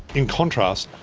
in contrast,